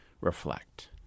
reflect